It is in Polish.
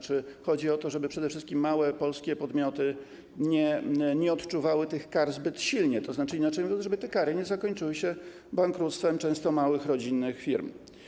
Chodzi o to, żeby przede wszystkim małe polskie podmioty nie odczuwały tych kar zbyt silnie, inaczej mówiąc, żeby te kary nie zakończyły się bankructwem często małych, rodzinnych firm.